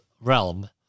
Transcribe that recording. realm